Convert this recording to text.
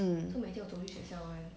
mm